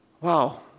Wow